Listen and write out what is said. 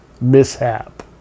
mishap